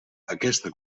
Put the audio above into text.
aquesta